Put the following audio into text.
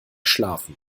schlafen